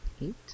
Eight